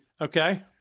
Okay